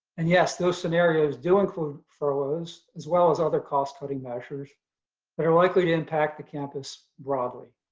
and yes, those scenarios do include furloughs, as well as other cost cutting measures that are likely to impact the campus broadly.